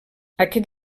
aquest